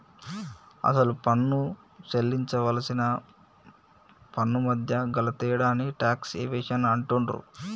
అసలు పన్ను సేల్లించవలసిన పన్నుమధ్య గల తేడాని టాక్స్ ఎవేషన్ అంటుండ్రు